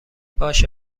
باشه